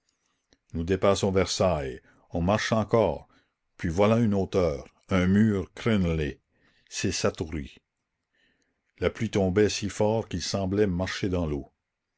nous dépassons versailles on marche encore puis voilà une hauteur un mur crénelé c'est satory la pluie tombait si fort qu'il semblait marcher dans l'eau